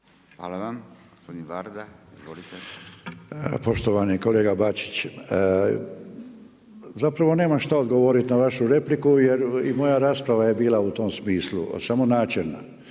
**Varda, Kažimir (SMSH)** Poštovani kolega Bačić, zapravo nemam šta odgovoriti na vašu repliku jer i moja rasprava je bila u tom smislu samo načelna.